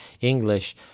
English